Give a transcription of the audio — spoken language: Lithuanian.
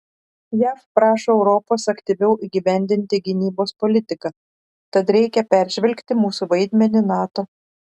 jav prašo europos aktyviau įgyvendinti gynybos politiką tad reikia peržvelgti mūsų vaidmenį nato